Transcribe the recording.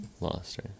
Lost